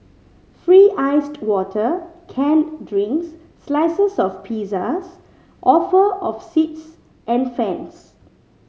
free iced water canned drinks slices of pizzas offer of seats and fans